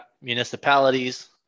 municipalities